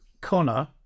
Connor